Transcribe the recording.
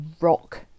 rock